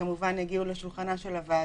שכמובן יגיעו לשולחנה של הוועדה,